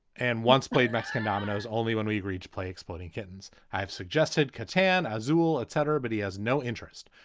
and once played mexican dominos, only when we reach play exploding kittens, i've suggested cotan, a zuhal, etc, but he has no interest.